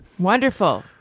wonderful